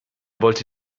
wollte